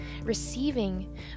Receiving